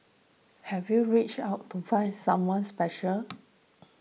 have you reached out to find someone special